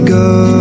go